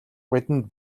бидэнд